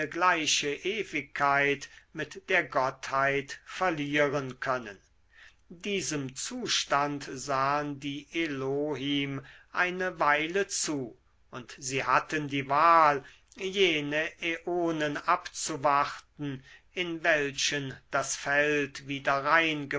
gleiche ewigkeit mit der gottheit verlieren können diesem zustand sahen die elohim eine weile zu und sie hatten die wahl jene äonen abzuwarten in welchen das feld wieder rein